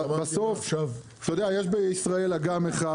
בסוף יש בישראל אגם אחד,